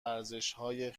ارزشهای